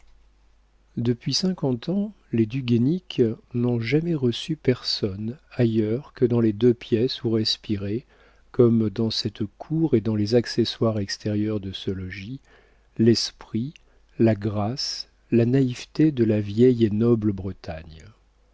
depuis cinquante ans les du guaisnic n'ont jamais reçu personne ailleurs que dans les deux pièces où respiraient comme dans cette cour et dans les accessoires extérieurs de ce logis l'esprit la grâce la naïveté de la vieille et noble bretagne